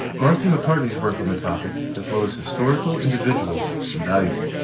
martha mccartney's work on the topic, as well as historical individuals, is invaluable.